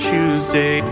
Tuesday